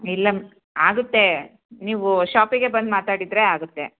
ಇಲ್ಲ ಆಗುತ್ತೆ ನೀವು ಷಾಪಿಗೆ ಬಂದು ಮಾತಾಡಿದರೆ ಆಗುತ್ತೆ